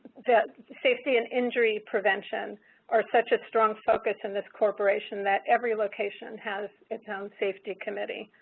that safety and injury prevention are such a strong focus in this corporation that every location has its own safety committee.